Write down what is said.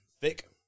thick